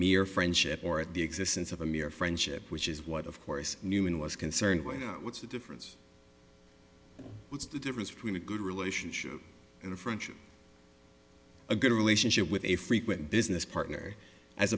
mere friendship or at the existence of a mere friendship which is what of course newman was concerned with what's the difference what's the difference between a good relationship and a friendship a good relationship with a frequent business partner as